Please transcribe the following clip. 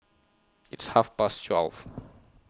its Half Past twelve